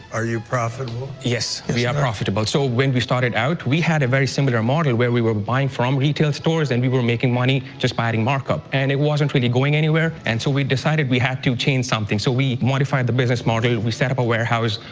are you profitable? yes, we are profitable. so, when we started out, we had a very similar model where we were buying from retail stores and we we were making money just by adding markup. and it wasn't really going anywhere. and so we decided that we had to change something so we modified the business model. we set up a warehouse.